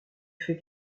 fait